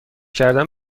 کردن